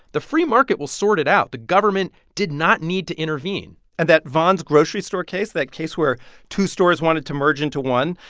the free market will sort it out. the government did not need to intervene and that von's grocery store case, that case where two stores wanted to merge into one,